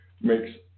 makes